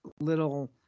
little